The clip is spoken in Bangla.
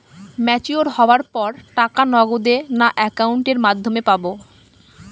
ম্যচিওর হওয়ার পর টাকা নগদে না অ্যাকাউন্টের মাধ্যমে পাবো?